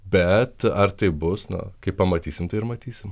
bet ar taip bus nuo kai pamatysim tai ir matysim